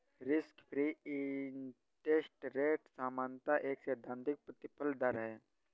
risk free interest rate सामान्यतः एक सैद्धांतिक प्रतिफल दर है